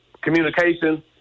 communication